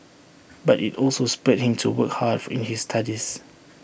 but IT also spurred him into work hard in his studies